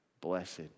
Blessed